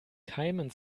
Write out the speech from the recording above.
keimen